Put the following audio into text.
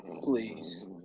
please